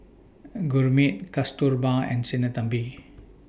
and Gurmeet Kasturba and Sinnathamby